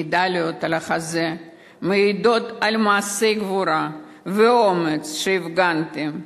המדליות על החזה מעידות על מעשי גבורה ואומץ שהפגנתם.